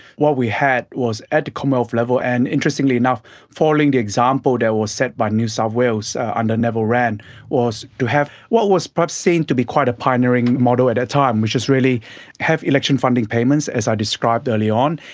what we had was at the commonwealth level and interestingly enough following the example that was set by new south wales under neville wran was to have what was but seen to be quite a pioneering model at that time which is really have election funding payments, as i described earlier on,